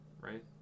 Right